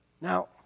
Now